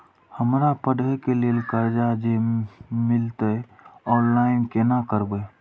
हमरा पढ़े के लेल कर्जा जे मिलते ऑनलाइन केना करबे?